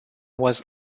was